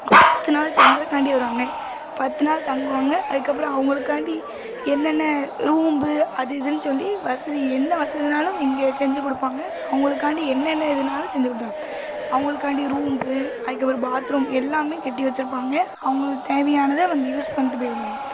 பத்து நாள் தங்குறதுக்காண்டி வருவாங்க பத்து நாள் தங்குவாங்க அதுக்கப்புறம் அவங்களுக்காண்டி என்னென்ன ரூம்பு அது இதுன்னு சொல்லி வசதி என்ன வசதினாலும் இங்கே செஞ்சிக் கொடுப்பாங்க அவங்களுக்காண்டி என்ன என்ன இதுனாலும் செஞ்சு கொடுத்தாங்க அவங்களுக்காண்டி ரூம்பு அதுக்கப்புறம் பாத்ரூம் எல்லாமே கட்டி வச்சுருப்பாங்க அவங்களுக்குத்தேவையானத வந்து யூஸ் பண்ணிவிட்டு போயிவிடணும்